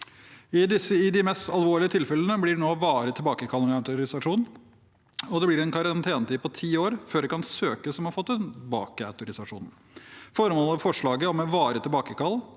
I de mest alvorlige tilfellene blir det nå varig tilbakekalling av autorisasjon, og det blir en karantenetid på ti år før det kan søkes om å få tilbake autorisasjonen. Formålet med forslaget om varig tilbakekall